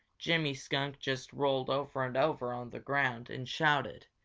jimmy skunk just rolled over and over on the ground and shouted,